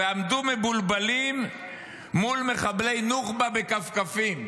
"ועמדו מבולבלים מול מחבלי נוח'בות עם כפכפים".